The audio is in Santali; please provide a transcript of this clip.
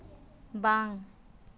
ᱵᱟᱝ